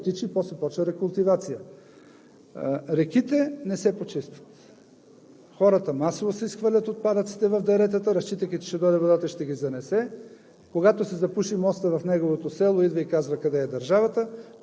населението да не получи такава висока вълна, а във времето то се оттича и после започва рекултивация. Реките не се почистват. Хората масово си изхвърлят отпадъците в деретата, разчитайки, че ще дойде водата и ще ги занесе.